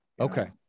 Okay